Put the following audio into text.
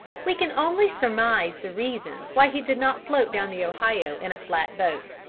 we can only surmise the reasons why he did not float down the ohio in a flat boat.